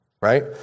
Right